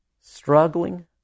struggling